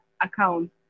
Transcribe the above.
account